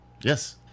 Yes